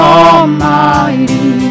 almighty